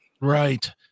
Right